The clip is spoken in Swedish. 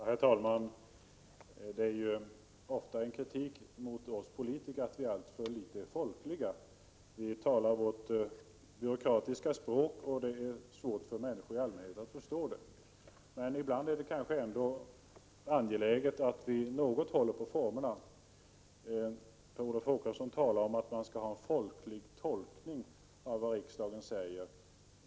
Herr talman! Vi politiker kritiseras ofta för att vi är alltför litet folkliga. Vi talar vårt byråkratiska språk, och det är svårt för människor i allmänhet att förstå. Men ibland är det kanske ändå angeläget att vi något håller på formerna. Per Olof Håkansson talar om en folklig tolkning av vad riksdagen säger.